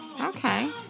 Okay